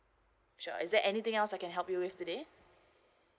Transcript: sure is there anything else I can help you with today